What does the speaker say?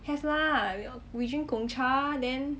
have lah we drink Gong Cha then